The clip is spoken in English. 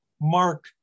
Mark